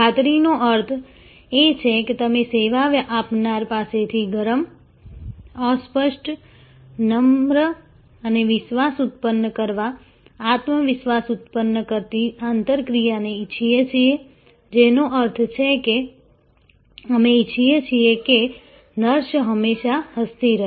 ખાતરીનો અર્થ એ છે કે અમે સેવા આપનાર પાસેથી ગરમ અસ્પષ્ટ નમ્ર અને વિશ્વાસ ઉત્પન્ન કરવા આત્મવિશ્વાસ ઉત્પન્ન કરતી આંતરક્રિયા ઇચ્છીએ છીએ જેનો અર્થ છે કે અમે ઇચ્છીએ છીએ કે નર્સ હંમેશા હસતી રહે